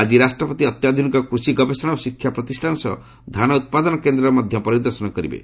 ଆଜି ରାଷ୍ଟ୍ରପତି ଅତ୍ୟାଧୁନିକ କୃଷି ଗବେଷଣା ଓ ଶିକ୍ଷା ପ୍ରତିଷ୍ଠାନ ସହ ଧାନ ଉତ୍ପାଦନ କେନ୍ଦ୍ରର ମଧ୍ୟ ପରିଦର୍ଶନ କରିବେ